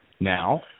Now